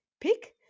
pick